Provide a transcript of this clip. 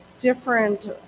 different